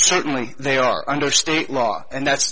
certainly they are under state law and that's